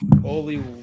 Holy